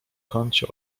kącie